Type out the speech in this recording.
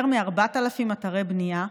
יותר מ-4,000 אתרי בנייה,